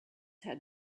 had